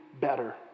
better